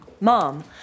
Mom